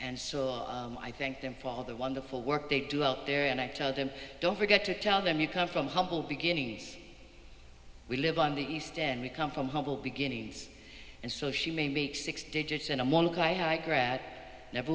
and so i thank them for all the wonderful work they do out there and i tell them don't forget to tell them you come from humble beginnings we live on the east end we come from humble beginnings and so she may make six digits